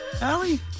Allie